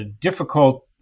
difficult